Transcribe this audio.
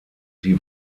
sie